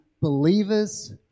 believers